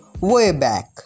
Wayback